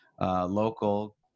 Local